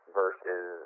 versus